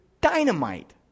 dynamite